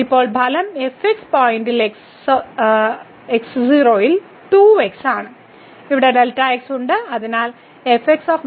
ഇപ്പോൾ ഫലം fx പോയിന്റിൽ x 0 2x ആണ്